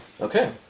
Okay